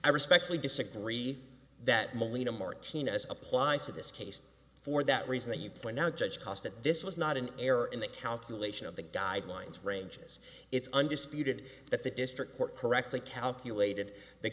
i respectfully disagree that molina martinez applies to this case for that reason that you point out judge cost that this was not an error in the calculation of the guidelines ranges it's undisputed that the district court correctly calculated the